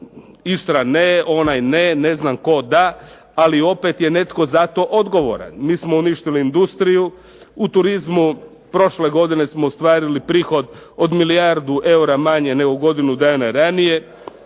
Istra ne, onaj ne, ne znam tko da? Ali opet je netko za to odgovoran. Mi smo uništili industriju, u turizmu prošle godine smo ostvarili prihod od milijardu eura manje nego godinu dana ranije.